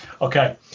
okay